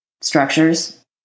structures